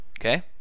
Okay